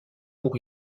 pour